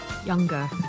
Younger